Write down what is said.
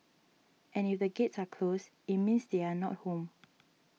and if the gates are closed it means they are not home